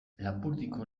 lapurdiko